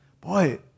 Boy